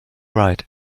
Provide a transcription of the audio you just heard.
right